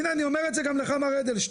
הנה אני אומר את זה גם לך מר אדלשטיין,